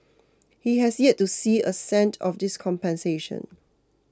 he has yet to see a cent of this compensation